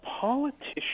politician